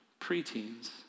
preteens